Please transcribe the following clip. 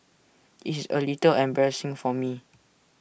IT is A little embarrassing for me